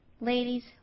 Ladies